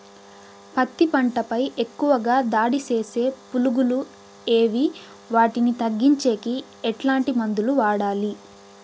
పత్తి పంట పై ఎక్కువగా దాడి సేసే పులుగులు ఏవి వాటిని తగ్గించేకి ఎట్లాంటి మందులు వాడాలి?